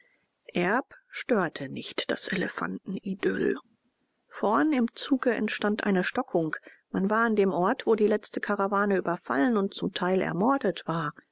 erb störte nicht das elefantenidyll vorn im zuge entstand eine stockung man war an dem ort wo die letzte karawane überfallen und zum teil ermordet war